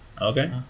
Okay